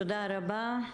תודה רבה.